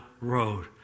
road